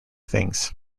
things